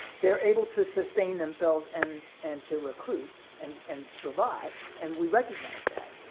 they're able to sustain themselves and and to recruit and and survive, and we recognize that.